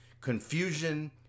Confusion